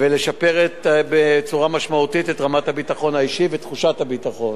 למען שיפור משמעותי ברמת הביטחון האישי ובתחושת הביטחון.